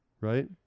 Right